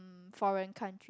um foreign country